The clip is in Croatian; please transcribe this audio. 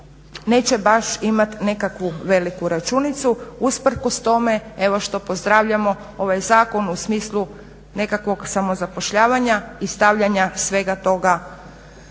neće baš imat nekakvu veliku računicu usprkos tome evo što pozdravljamo ovaj zakon u smislu nekakvog samozapošljavanja i stavljanja svega toga